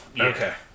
okay